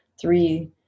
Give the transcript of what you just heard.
three